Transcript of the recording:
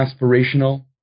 aspirational